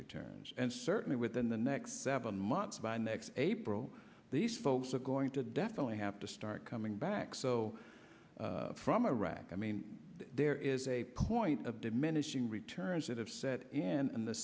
returns and certainly within the next seven months by next april these folks are going to definitely have to start coming back so from iraq i mean there is a point of diminishing returns that have set and